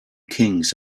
kings